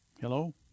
Hello